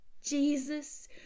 Jesus